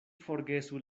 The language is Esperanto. forgesu